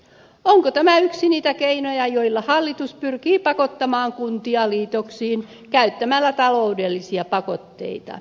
onko tämä yksi niitä keinoja joilla hallitus pyrkii pakottamaan kuntia liitoksiin käyttämällä taloudellisia pakotteita